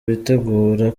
witegura